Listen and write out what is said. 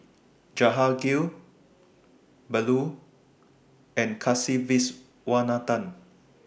Jehangirr Bellur and Kasiviswanathan